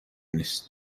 نیست